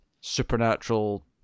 supernatural